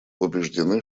убеждены